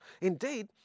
Indeed